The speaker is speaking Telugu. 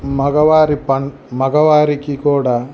మగవారి పన్ మగవారికి కూడా